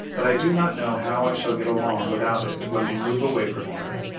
that i do not know how i shall get along without it when we move away from here.